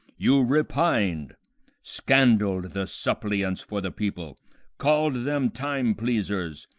you repin'd scandal'd the suppliants for the people call'd them time-pleasers,